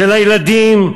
של הילדים,